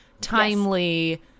timely